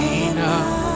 enough